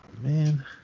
man